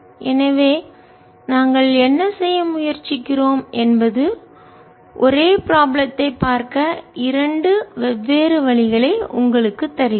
எனவே நாங்கள் என்ன செய்ய முயற்சிக்கிறோம் என்பது ஒரே ப்ராப்ளத்தை பார்க்க இரண்டு வெவ்வேறு வழிகளைக் உங்களுக்கு தருகிறது